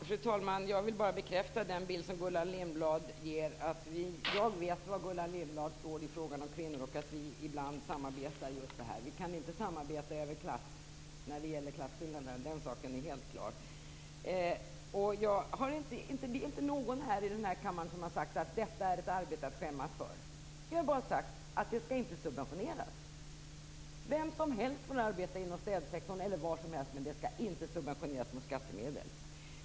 Fru talman! Jag vill bara bekräfta den bild som Gullan Lindblad ger av att jag vet var Gullan Lindblad står i fråga om kvinnor. Vi samarbetar ibland om just det. Vi kan inte samarbeta när det gäller klasskillnaderna. Den saken är helt klar. Det är inte någon här i kammaren som har sagt att detta är ett arbete att skämmas för. Vi har bara sagt att det inte skall subventioneras. Vem som helst får arbeta inom städsektorn eller var som helst annars. Men det skall inte subventioneras med skattemedel.